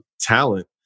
talent